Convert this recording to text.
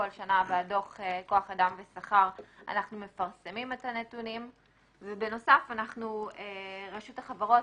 כל שנה בדוח כוח אדם ושכר אנחנו פרסמים את הנתונים ובנוסף רשות החברות,